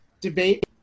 debate